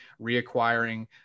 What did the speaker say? reacquiring